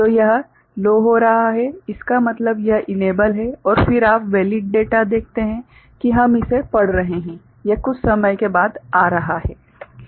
तो यह लो हो रहा है इसका मतलब यह इनेबल है और फिर आप वेलिड डेटा देखते हैं कि हम इसे पढ़ रहे हैं यह कुछ समय के बाद आ रहा है